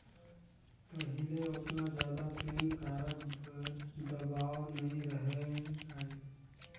पहिले ओतना जादा पेन कारड बर दबाओ नइ रहें लाइस